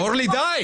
אורלי, די.